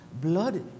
blood